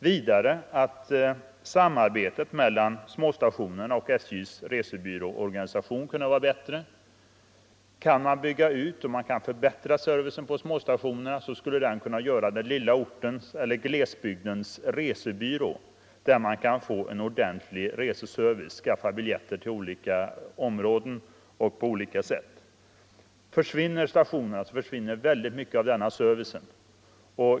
Vidare kunde samarbetet mellan småstationerna och SJ:s resebyråorganisation vara bättre. Kunde man bygga ut och förbättra servicen på småstationerna skulle de kunna utgöra den lilla ortens eller glesbygdens resebyrå som kunde lämna en ordentlig reseservice, skaffa biljetter osv. Försvinner stationerna så försvinner mycket av denna service.